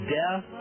death